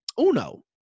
Uno